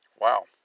wow